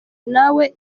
nawe